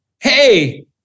hey